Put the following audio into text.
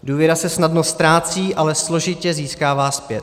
Důvěra se snadno ztrácí, ale složitě získává zpět.